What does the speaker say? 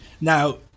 Now